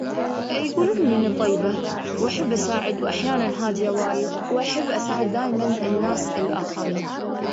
إيه، طبع ا، صارت لي مرة بمول. كنت بس، ما كنت بقصد الإساءة له. يعني هو شاف، يعني هو، أنا شفته، بس أنا درت الناحية الثانية، لأني أنا ما أبي أكلمه، ما أبي أتحدث معاه.